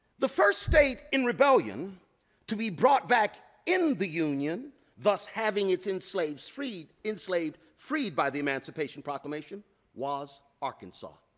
the first state in rebellion to be brought back in the union thus having having its enslaves free enslaved free by the emancipation proclamation was arkansas.